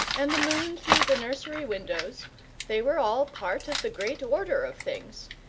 and the moon through the nursery windows they were all part of the great order of things,